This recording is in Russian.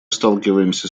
сталкиваемся